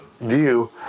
view